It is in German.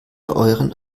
euren